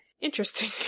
Interesting